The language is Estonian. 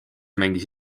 mängis